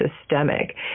systemic